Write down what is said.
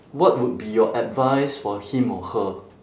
what would be your advice for him or her